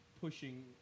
pushing